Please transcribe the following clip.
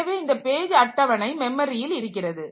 எனவே இந்த பேஜ் அட்டவணை மெமரியில் இருக்கிறது